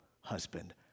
husband